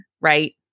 right